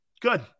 Good